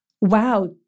wow